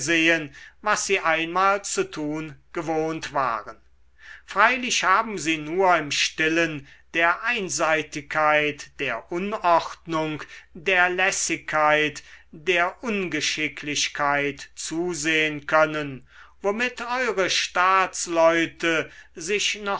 was sie einmal zu tun gewohnt waren freilich haben sie nur im stillen der einseitigkeit der unordnung der lässigkeit der ungeschicklichkeit zusehen können womit eure staatsleute sich